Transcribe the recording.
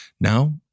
Now